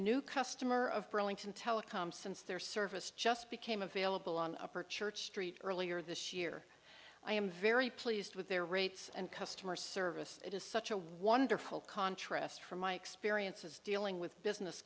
new customer of burlington telecom since their service just became available on a perch church street earlier this year i am very pleased with their rates and customer service it is such a wonderful contrast from my experiences dealing with business